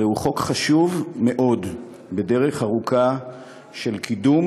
זהו חוק חשוב מאוד בדרך ארוכה של קידום